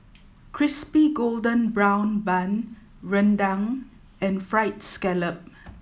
Crispy Golden Brown Bun Rendang and Fried Scallop